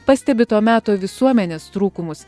pastebi to meto visuomenės trūkumus